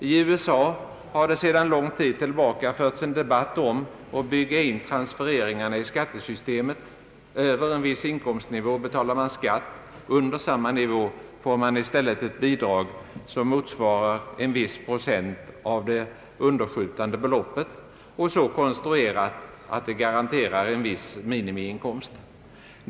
I USA har det sedan lång tid tillbaka förts en debatt om att bygga in transfereringarna i skattesystemet — över en viss inkomstnivå betalar man skatt, under samma nivå får man i stället ett bidrag som motsvarar en viss procent av det underskjutande beloppet och så konstruerat att det garanterar en viss minimiinkomst.